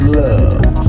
love